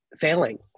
failing